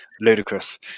Ludicrous